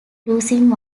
losing